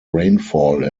rainfall